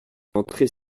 entrez